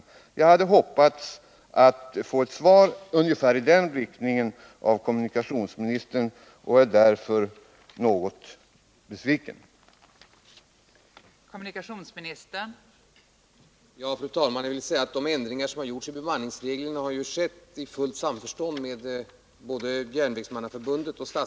Och jag hade hoppats på att få svar i den riktningen av kommunikationsministern och är därför något besviken.